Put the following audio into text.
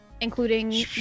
including